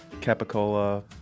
capicola